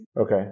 Okay